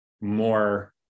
more